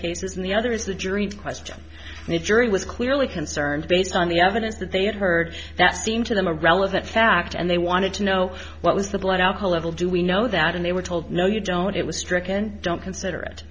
cases and the other is the jury question new jury was clearly concerned based on the evidence that they had heard that seemed to them a relevant fact and they wanted to know what was the blood alcohol level do we know that and they were told no you don't it was stricken don't consider it